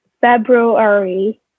February